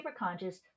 superconscious